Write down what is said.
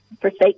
forsake